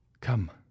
come